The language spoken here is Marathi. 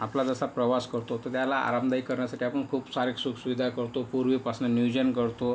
आपला जसा प्रवास करतो तो त्याला आरामदायी करण्यासाठी आपण खूप सारे सुखसुविधा करतो पूर्वीपासनं नियोजन करतो